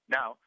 Now